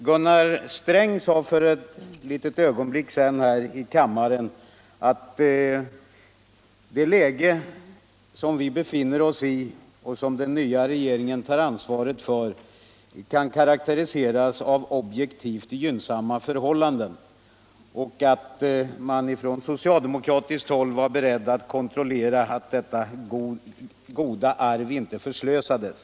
Gunnar Sträng sade för ett ögonblick sedan här i kammaren att det läge som vi befinner oss i och som den nya regeringen tar ansvaret för kan karakteriseras av objektivt gynnsamma förhållanden och att man ifrån socialdemokratiskt håll var beredd att kontrollera att detta goda arv inte förslösades.